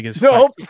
Nope